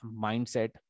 mindset